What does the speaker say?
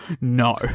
No